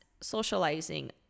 socializing